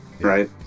right